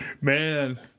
Man